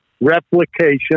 replication